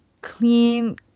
clean